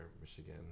Michigan